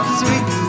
sweet